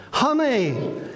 Honey